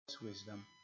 wisdom